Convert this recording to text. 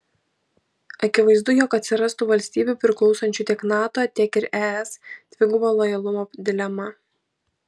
akivaizdu jog atsirastų valstybių priklausančių tiek nato tiek ir es dvigubo lojalumo dilema